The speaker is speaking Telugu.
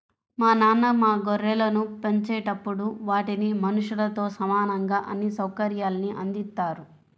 మా నాన్న మా గొర్రెలను పెంచేటప్పుడు వాటికి మనుషులతో సమానంగా అన్ని సౌకర్యాల్ని అందిత్తారు